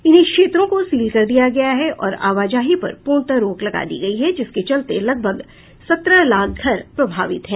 इन क्षेत्रों को सील कर दिया गया है और आवाजाही पर पूर्णतः रोक लगा दी गयी है जिसके चलते लगभग सत्रह लाख घर प्रभावित है